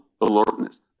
alertness